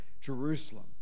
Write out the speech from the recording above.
Jerusalem